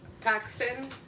Paxton